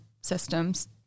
systems